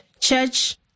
church